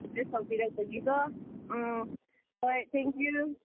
ꯁꯖꯦꯁ ꯇꯧꯕꯤꯔꯛꯄꯒꯤꯀꯣ ꯎꯝ ꯍꯣꯏ ꯊꯦꯡꯀ꯭ꯌꯨ